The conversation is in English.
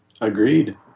Agreed